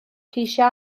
ceisio